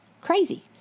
crazy